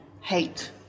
hate